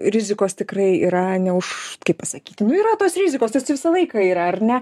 rizikos tikrai yra ne už kaip pasakyti nu yra tos rizikos tai jos visą laiką yra ar ne